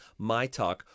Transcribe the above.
MYTALK